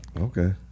Okay